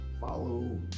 follow